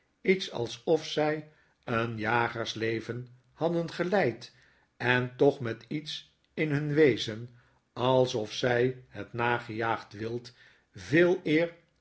iets alsof zy een jagersleven hadden geleid en toch met iets in hun wezen alsof zy het nagejaagde wild veeleer